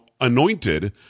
anointed